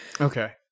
Okay